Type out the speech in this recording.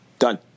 Done